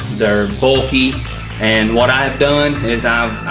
they're bulky and what i have done is i